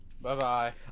Bye-bye